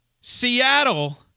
Seattle